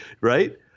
Right